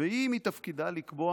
ומתפקידה לקבוע